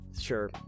Sure